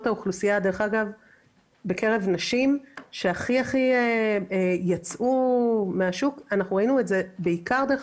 האוכלוסייה בקרב נשים שהכי הכי יצאו מהשוק דרך